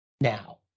now